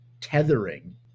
tethering